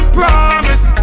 promise